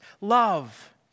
love